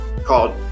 Called